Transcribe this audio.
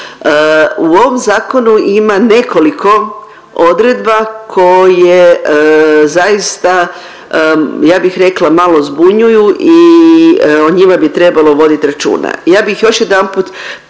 u ovom zakonu ima nekoliko odredba koje zaista ja bih rekla malo zbunjuju i o njima bi trebalo voditi računa. Ja bih još jedanput